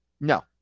No